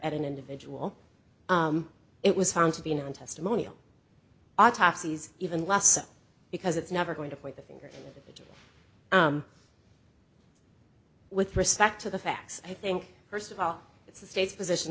at an individual it was found to be in on testimonial autopsies even less so because it's never going to point the finger with respect to the facts i think first of all it's the state's position